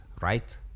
right